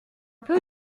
peu